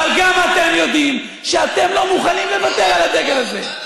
אבל גם אתם יודעים שאתם לא מוכנים לוותר על הדגל הזה.